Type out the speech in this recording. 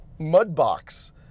Mudbox